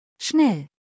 Schnell